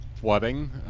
flooding